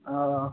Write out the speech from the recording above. हां